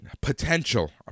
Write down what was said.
potential